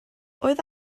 oedd